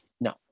no